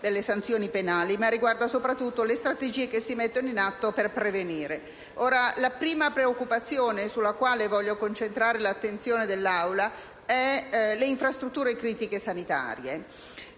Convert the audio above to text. La prima preoccupazione sulla quale voglio concentrare l'attenzione dell'Aula riguarda le infrastrutture critiche sanitarie.